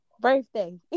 birthday